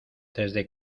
desde